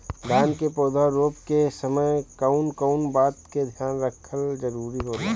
धान के पौधा रोप के समय कउन कउन बात के ध्यान रखल जरूरी होला?